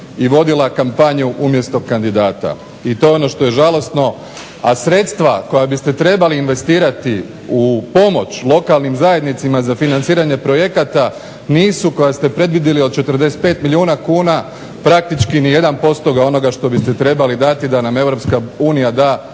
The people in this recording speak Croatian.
i vodila kampanju umjesto kandidata i to je ono što je žalosno. A sredstva koja biste trebali investirati u pomoć lokalnim zajednicama za financiranje projekata nisu koja ste predvidjeli od 45 milijuna kuna praktički ni 1 posto onoga što biste trebali dati da nam